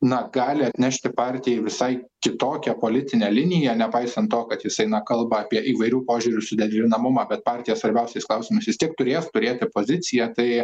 na gali atnešti partijai visai kitokią politinę liniją nepaisant to kad jis eina kalba apie įvairių požiūrių suderinamumą bet partija svarbiausiais klausimais vis tiek turės turėti poziciją tai